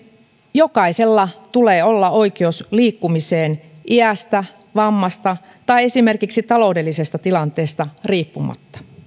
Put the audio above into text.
jokaisella tulee olla oikeus liikkumiseen iästä vammasta tai esimerkiksi taloudellisesta tilanteesta riippumatta